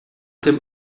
dem